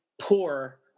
poor